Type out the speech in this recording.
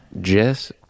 Jess